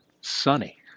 sunny